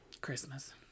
Christmas